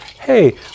hey